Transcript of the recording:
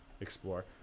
explore